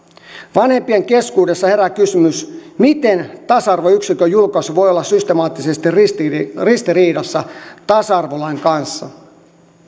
vanhempien keskuudessa herää kysymys miten tasa arvoyksikön julkaisu voi olla systemaattisesti ristiriidassa ristiriidassa tasa arvolain kanssa